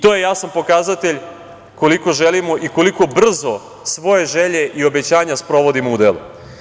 To je jasan pokazatelj koliko želimo i koliko brzo svoje želje i obećanja sprovodimo u delo.